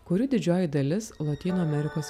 kurių didžioji dalis lotynų amerikos